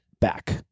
back